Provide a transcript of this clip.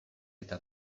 eta